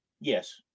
Yes